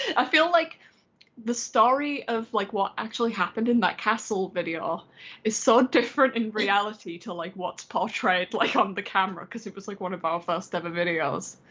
i feel like the story of like what actually happened in that castle video is so different in reality to like what's portrayed on like um the camera cause it was like one of our first ever videos.